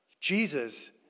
Jesus